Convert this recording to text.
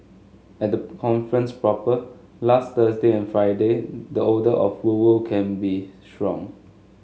at the conference proper last Thursday and Friday the odour of woo woo can be strong